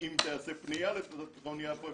אם תיעשה פנייה לתיאטרון יפו,